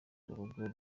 urugo